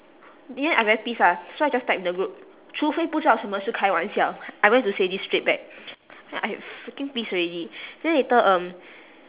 then I very pissed ah so I just type in the group 除非不知道什么是开玩笑 I went to say this straight back then I freaking pissed already then later um